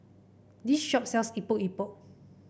this shop sells Epok Epok